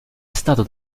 stato